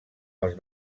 els